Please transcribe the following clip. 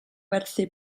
werthu